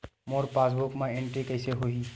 मोर passbook मा entry कइसे होही?